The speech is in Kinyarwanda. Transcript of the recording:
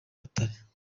butare